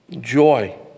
joy